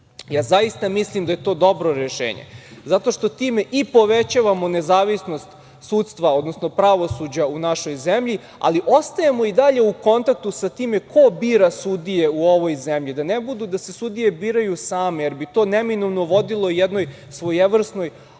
tužilaca. Zaista mislim da je to dobro rešenje, zato što time i povećavamo nezavisnost sudstva, odnosno pravosuđa u našoj zemlji, ali ostajemo i dalje u kontaktu sa time ko bira sudije u ovoj zemlji, da ne bude da se sudije biraju same, jer bi to neminovno vodilo jednoj svojevrsnoj